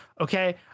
okay